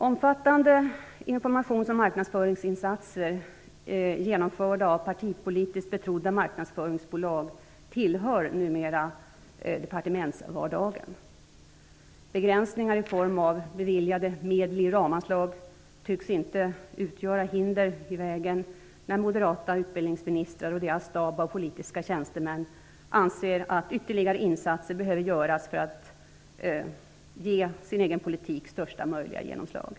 Omfattande informations och marknadsföringsinsatser genomförda av politiskt betrodda marknadsföringsbolag tillhör numera departementsvardagen. Begränsningar i form av beviljade medel i ramanslag tycks inte utgöra hinder på vägen när moderata utbildningsministrar och deras stab av politiska tjänstemän anser att ytterligare insatser behöver göras för att ge den egna politiken största möjliga genomslag.